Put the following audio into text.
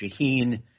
Shaheen